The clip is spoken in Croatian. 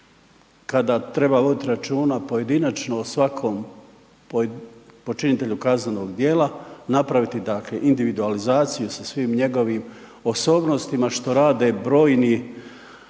kada treba vodit računa pojedinačno o svakom počinitelju kaznenog djela, napraviti dakle individualizaciju sa svim njegovim osobnostima što rade brojni